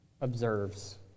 observes